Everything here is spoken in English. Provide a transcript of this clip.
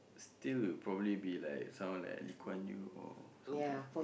still would probably be like someone like Lee-Kuan-Yew or something ah